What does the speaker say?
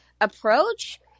approach